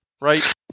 Right